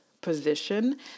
position